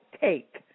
take